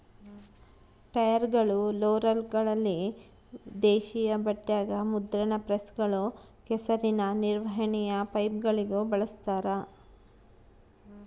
ಟೈರ್ಗಳು ರೋಲರ್ಗಳಲ್ಲಿ ದೇಶೀಯ ಬಟ್ಟೆಗ ಮುದ್ರಣ ಪ್ರೆಸ್ಗಳು ಕೆಸರಿನ ನಿರ್ವಹಣೆಯ ಪೈಪ್ಗಳಿಗೂ ಬಳಸ್ತಾರ